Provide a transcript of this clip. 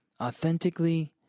authentically